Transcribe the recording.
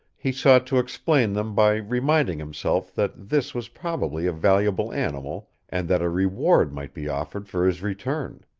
he sought to explain them by reminding himself that this was probably a valuable animal and that a reward might be offered for his return.